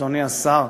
אדוני השר,